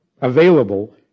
available